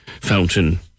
fountain